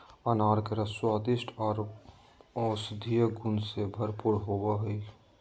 अनार के रस स्वादिष्ट आर औषधीय गुण से भरपूर होवई हई